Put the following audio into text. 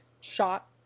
shot